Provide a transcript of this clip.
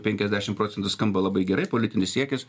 penkiasdešim procentų skamba labai gerai politinis siekis